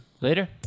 Later